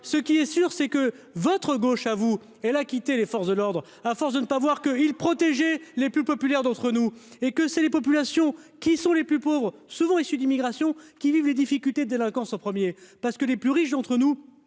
ce qui est sûr, c'est que votre gauche à vous et la quitter, les forces de l'ordre à force de ne pas voir que il protéger les plus populaires d'entre nous et que c'est les populations qui sont les plus pauvres, souvent issus d'immigration qui vivent les difficultés de délinquance au premier parce que les plus riches d'entre nous.